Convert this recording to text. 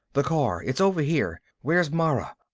the car. it's over here. where's mara?